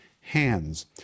hands